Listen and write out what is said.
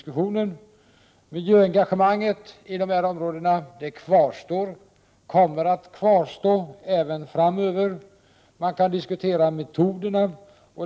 Miljöengagemanget för dessa områden kommer att kvarstå även framöver. Man kan diskutera metoderna.